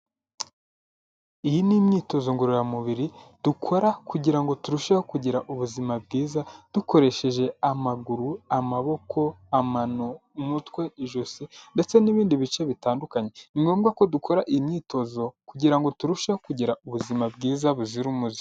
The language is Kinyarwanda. Iyi ni imyitozo ngororamubiri dukora kugira ngo turusheho kugira ubuzima bwiza, dukoresheje amaguru amaboko, amako, amano, umutwe ijosi, ndetse n'ibindi bice bitandukanye, ni ngombwa ko dukora iyi myitozo kugira ngo turusheho kugira ubuzima bwiza buzira umuze.